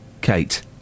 Kate